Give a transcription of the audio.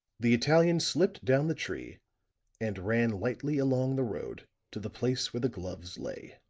the italian slipped down the tree and ran lightly along the road to the place where the gloves lay.